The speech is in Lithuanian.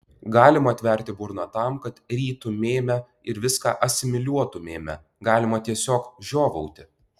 galima atverti burną tam kad rytumėme ir viską asimiliuotumėme galima tiesiog žiovauti